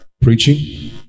Preaching